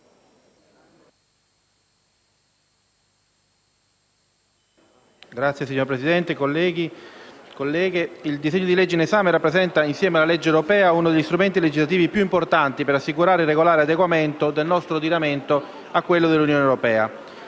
Signor Presidente, colleghe e colleghi, il disegno di legge in esame rappresenta, insieme alla legge europea, uno degli strumenti legislativi più importanti per assicurare il regolare adeguamento del nostro ordinamento a quello dell'Unione europea.